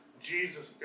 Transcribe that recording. Jesus